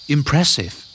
Impressive